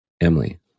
Emily